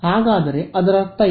ಹಾಗಾದರೆ ಅದರರ್ಥ ಏನು